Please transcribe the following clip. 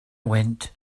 went